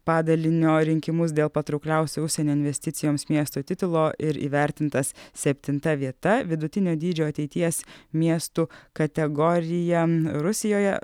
padalinio rinkimus dėl patraukliausių užsienio investicijoms miesto titulo ir įvertintas septinta vieta vidutinio dydžio ateities miestų kategorija rusijoje